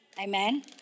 Amen